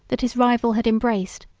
that his rival had embraced,